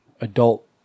adult